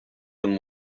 and